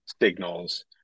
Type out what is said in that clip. signals